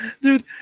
Dude